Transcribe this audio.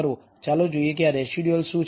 ચાલો જોઈએ કે આ રેસિડયુઅલસ શું છે